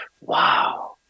wow